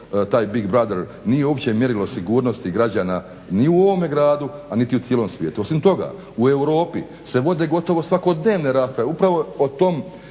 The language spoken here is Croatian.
taj Big Brother nije uopće mjerilo sigurnosti građana ni u ovom gradu a niti u cijelom svijetu. Osim toga, u Europi se vode gotovo svakodnevne rasprave upravo o tom